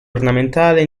ornamentale